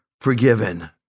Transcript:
forgiven